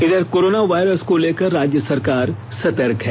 इघर corona virus को लेकर राज्य सरकार सर्तक है